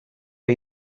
que